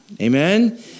Amen